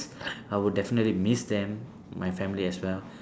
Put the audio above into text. I would definitely miss them my family as well